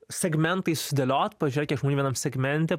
segmentais sudėliot pažiūrėt kiek žmonių vienam segmente